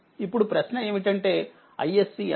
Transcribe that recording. ఇప్పుడుప్రశ్నఏమిటంటే iSCఎంత